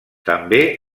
també